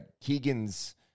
Keegan's